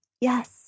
Yes